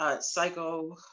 Psycho